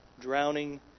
drowning